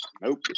Nope